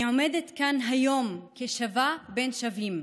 אני עומדת כאן היום כשווה בין שווים,